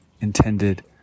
intended